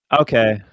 Okay